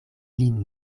lin